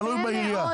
תלוי בעירייה.